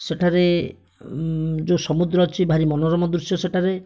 ସେଠାରେ ଯେଉଁ ସମୁଦ୍ର ଅଛି ଭାରି ମନରୋମ ଦୃଶ୍ୟ ସେଠାରେ